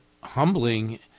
humbling